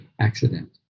accident